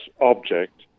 object